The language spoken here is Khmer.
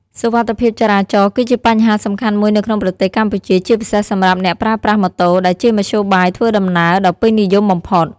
សុវត្ថិភាពចរាចរណ៍ គឺជាបញ្ហាសំខាន់មួយនៅក្នុងប្រទេសកម្ពុជា ជាពិសេសសម្រាប់អ្នកប្រើប្រាស់ម៉ូតូ ដែលជាមធ្យោបាយធ្វើដំណើរដ៏ពេញនិយមបំផុត។